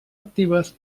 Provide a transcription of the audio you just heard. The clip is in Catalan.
actives